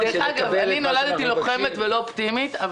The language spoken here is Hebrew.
אני נולדתי לוחמת ולא אופטימית,